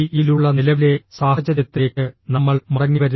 യിലുള്ള നിലവിലെ സാഹചര്യത്തിലേക്ക് നമ്മൾ മടങ്ങിവരുന്നു